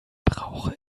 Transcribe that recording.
brauche